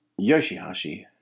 Yoshihashi